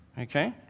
Okay